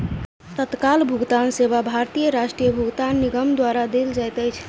तत्काल भुगतान सेवा भारतीय राष्ट्रीय भुगतान निगम द्वारा देल जाइत अछि